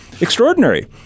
extraordinary